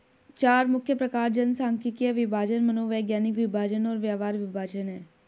चार मुख्य प्रकार जनसांख्यिकीय विभाजन, मनोवैज्ञानिक विभाजन और व्यवहार विभाजन हैं